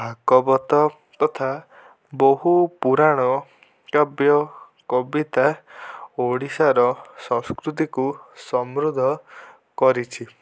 ଭାଗବତ ତଥା ବହୁ ପୁରାଣ କାବ୍ୟ କବିତା ଓଡ଼ିଶାର ସଂସ୍କୃତିକୁ ସମୃଦ୍ଧ କରିଛି